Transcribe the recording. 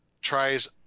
tries